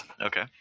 Okay